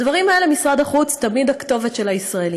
בדברים האלה משרד החוץ הוא תמיד הכתובות של הישראלים.